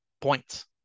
points